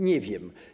Nie wiem.